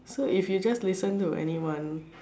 so if you just listen to anyone